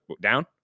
down